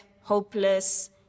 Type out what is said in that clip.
hopeless